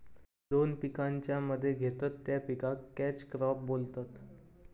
दोन पिकांच्या मध्ये घेतत त्या पिकाक कॅच क्रॉप बोलतत